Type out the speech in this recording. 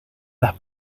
las